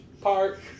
park